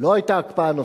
היתה הקפאה נוספת.